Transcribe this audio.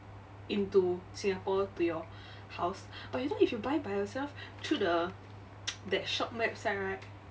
into singapore to your house but you know if you buy by yourself through the that shop website right